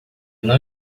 não